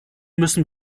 müssen